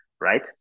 right